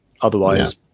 otherwise